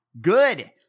Good